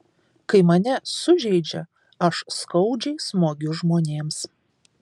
kai mane sužeidžia aš skaudžiai smogiu žmonėms